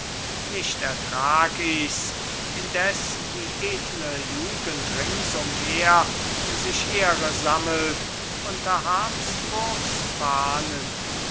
nicht ertrag ich's indes die edle jugend ringsumher sich ehre sammelt unter habsburgs fahnen